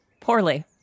Poorly